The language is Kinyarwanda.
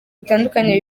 bitandukanye